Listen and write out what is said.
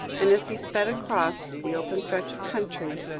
and as he sped across the open stretch of country,